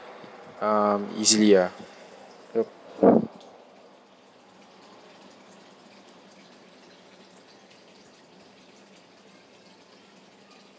um easily ah yup